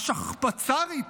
השכפ"צרית